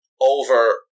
over